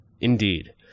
Indeed